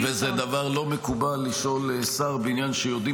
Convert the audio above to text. -- וזה דבר לא מקובל לשאול שר בעניין שיודעים